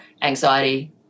anxiety